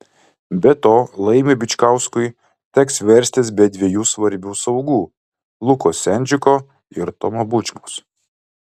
be to laimiui bičkauskui teks verstis be dviejų svarbių saugų luko sendžiko ir tomo bučmos